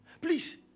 Please